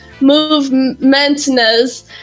movementness